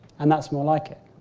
and that's more like it.